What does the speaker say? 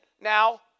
now